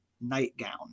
nightgown